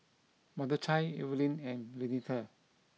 Mordechai Evelin and Renita